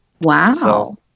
Wow